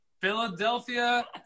Philadelphia